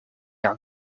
are